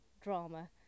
drama